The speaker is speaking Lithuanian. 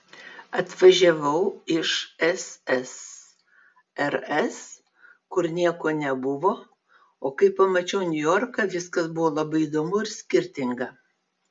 atvažiavau iš ssrs kur nieko nebuvo o kai pamačiau niujorką viskas buvo labai įdomu ir skirtinga